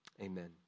amen